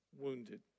wounded